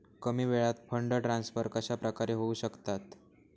कमी वेळात fund transfer कशाप्रकारे होऊ शकतात?